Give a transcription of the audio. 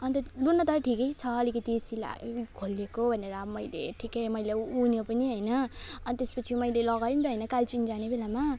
अनि त लौँ न त ठिकै छ अलिकति सिलाइ खोलिएको भनेर अब मैले ठिकै उन्यो पनि हैन अनि त्यसपछि मैले लगाएँ नि त हैन कालचिनी जाने बेलामा